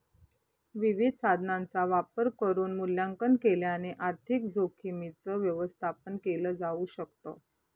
विविध साधनांचा वापर करून मूल्यांकन केल्याने आर्थिक जोखीमींच व्यवस्थापन केल जाऊ शकत